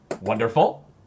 Wonderful